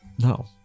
No